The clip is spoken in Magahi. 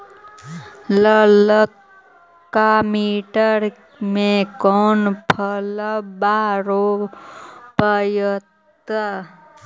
ललका मटीया मे कोन फलबा रोपयतय?